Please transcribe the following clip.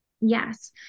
Yes